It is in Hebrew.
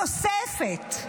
תוספת.